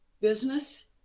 business